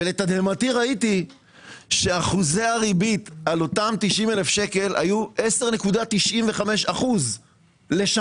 ולתדהמתי ראיתי שאחוזי הריבית על אותם 90,000 שקלים היו 10.95% לשנה.